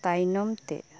ᱛᱟᱭᱱᱚᱢ ᱛᱮ